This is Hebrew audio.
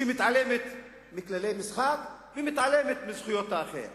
שמתעלמת מכללי משחק ומתעלמת מזכויות האחר.